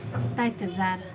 تَتہِ زَرٕ